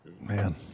Man